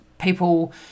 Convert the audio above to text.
people